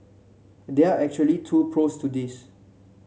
there are actually two pros to this